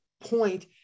point